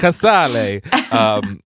Casale